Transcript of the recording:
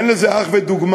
אין לזה אח ודוגמה,